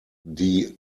die